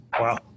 wow